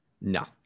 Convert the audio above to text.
no